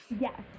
Yes